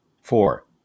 Four